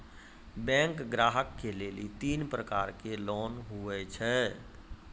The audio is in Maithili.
बैंक ग्राहक के लेली तीन प्रकर के लोन हुए छै?